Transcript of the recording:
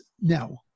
now